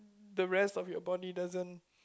the rest of your body doesn't